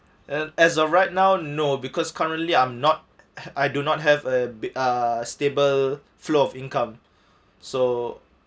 and as of right now no because currently I'm not I do not have a uh stable flow of income so